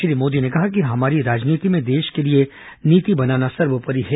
उन्होंने कहा कि हमारी राजनीति में देश के लिए नीति बनाना सर्वोपरि है